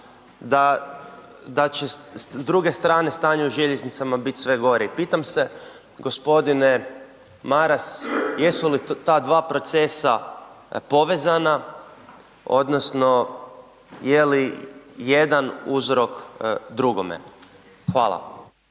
da će s druge strane stanje u željeznicama bit sve gore i pitam se g. Maras jesu li ta dva procesa povezana odnosno je li jedan uzrok drugome? Hvala.